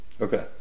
Okay